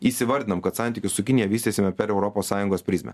įsivardinam kad santykius su kinija vystysime per europos sąjungos prizmę